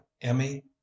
emmy